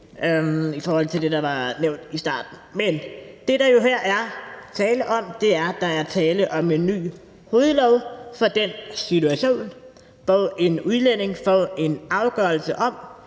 i forhold til det, der var nævnt i starten. Men det, der jo her er tale om, er en ny hovedlov for den situation, hvor en udlænding får en afgørelse om,